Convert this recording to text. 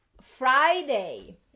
Friday